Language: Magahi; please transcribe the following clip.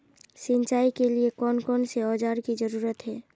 सिंचाई के लिए कौन कौन से औजार की जरूरत है?